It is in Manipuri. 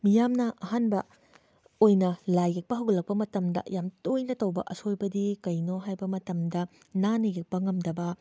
ꯃꯤꯌꯥꯝꯅ ꯑꯍꯥꯟꯕ ꯑꯣꯏꯅ ꯂꯥꯏ ꯌꯦꯛꯄ ꯍꯧꯒꯠꯂꯛꯄ ꯃꯇꯝꯗ ꯌꯥꯝ ꯇꯣꯏꯅ ꯇꯧꯕ ꯑꯁꯣꯏꯕꯗꯤ ꯀꯩꯅꯣ ꯍꯥꯏꯕ ꯃꯇꯝꯗ ꯅꯥꯟꯅ ꯌꯦꯛꯄ ꯉꯝꯗꯕ